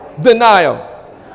denial